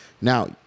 Now